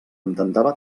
intentava